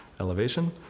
elevation